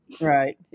Right